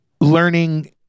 learning